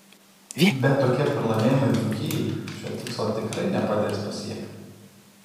bet tokie pralaimėjimai dzūkijai šio tikslo tikrai nepadės pasiekti